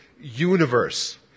universe